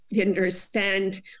understand